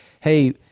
hey